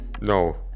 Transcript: no